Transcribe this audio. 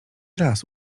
raz